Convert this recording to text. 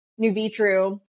NuVitru